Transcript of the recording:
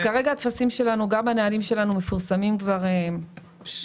כרגע הטפסים שלנו והנהלים שלנו מפורסמים כבר שבוע-שבועיים,